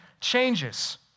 changes